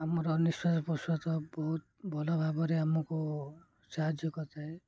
ଆମର ନିିଶ୍ୱାସ ପ୍ରଶ୍ୱାସ ବହୁତ ଭଲ ଭାବରେ ଆମକୁ ସାହାଯ୍ୟ କରିଥାଏ